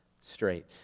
straight